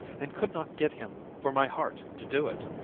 and could not get him for my heart to do it.